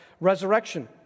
resurrection